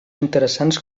interessants